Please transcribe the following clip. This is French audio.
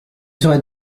serai